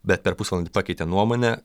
bet per pusvalandį pakeitė nuomonę